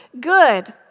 good